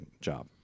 job